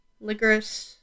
Licorice